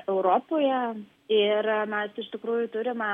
europoje ir mes iš tikrųjų turime